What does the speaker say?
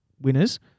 winners